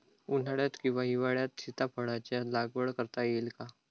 उन्हाळ्यात किंवा हिवाळ्यात सीताफळाच्या लागवड करता येईल का?